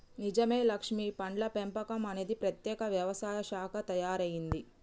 నిజమే లక్ష్మీ పండ్ల పెంపకం అనేది ప్రత్యేక వ్యవసాయ శాఖగా తయారైంది